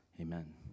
Amen